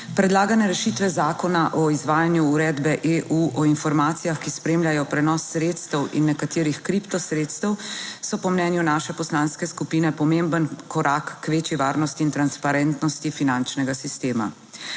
Predlagane rešitve zakona o izvajanju uredbe EU o informacijah, ki spremljajo prenos sredstev in nekaterih kripto sredstev so po mnenju naše poslanske skupine pomemben korak k večji varnosti in transparentnosti finančnega sistema.